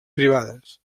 privades